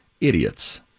idiots